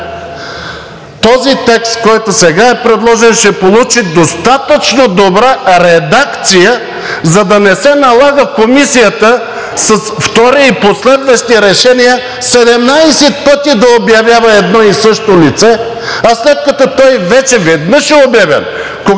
този текст, който сега е предложен, ще получи достатъчно добра редакция, за да не се налага Комисията с втори и последващи решения 17 пъти да обявява едно и също лице, а след като той веднъж вече е обявен, когато пак